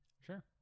Sure